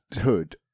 hood